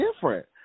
different